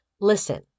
Listen